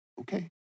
Okay